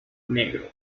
negro